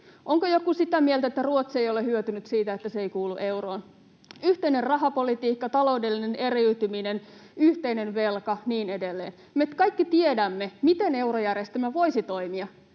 Onko joku sitä mieltä, että Ruotsi ei ole hyötynyt siitä, että se ei kuulu euroon? Yhteinen rahapolitiikka, taloudellinen eriytyminen, yhteinen velka ja niin edelleen. Me kaikki tiedämme, miten eurojärjestelmä voisi toimia.